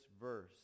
verse